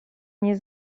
nie